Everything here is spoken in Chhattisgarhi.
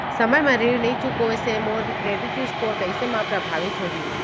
समय म ऋण नई चुकोय से मोर क्रेडिट स्कोर कइसे म प्रभावित होही?